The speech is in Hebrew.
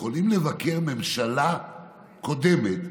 יכול לבקר ממשלה קודמת,